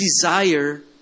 desire